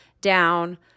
down